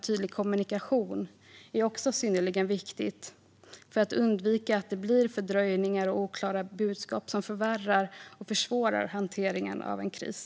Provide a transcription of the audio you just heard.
Tydlig kommunikation är också synnerligen viktigt, för att undvika fördröjningar och oklara budskap som förvärrar och försvårar hanteringen av en kris.